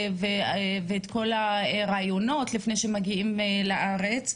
ואת כל הראיונות לפני שהם מגיעים לארץ,